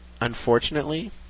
unfortunately